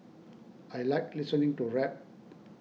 I like listening to rap